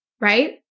right